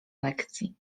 lekcji